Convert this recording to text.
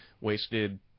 wasted